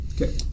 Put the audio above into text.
Okay